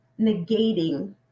negating